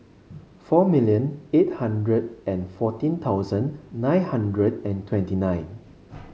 four million eight hundred and fourteen thousand nine hundred and twenty nine